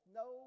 no